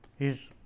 is